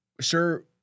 sure